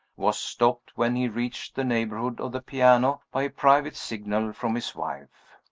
was stopped when he reached the neighborhood of the piano by a private signal from his wife.